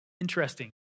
interesting